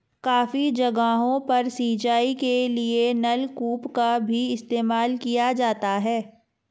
काफी जगहों पर सिंचाई के लिए नलकूप का भी इस्तेमाल किया जाता है